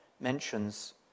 Mentions